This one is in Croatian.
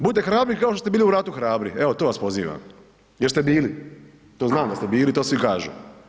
Budite hrabri kao što ste bili u ratu hrabri, evo to vas pozivam jer ste bili, to znam da ste bili, to svi kažu.